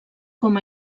com